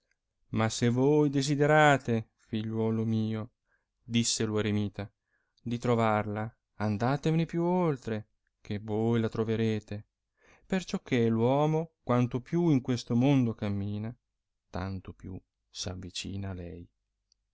ma se voi desiderate figliuolo mio disse lo eremita di trovarla andatevene più oltre che voi la trovarete perciò che uomo quanto più in questo mondo cammina tanto più s avicina a lei